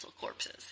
corpses